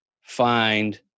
find